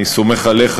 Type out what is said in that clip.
אני סומך עליך,